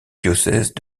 diocèse